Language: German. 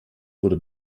wurde